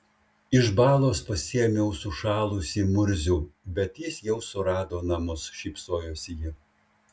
iš balos pasiėmiau sušalusį murzių bet jis jau surado namus šypsojosi ji